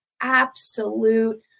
absolute